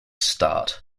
start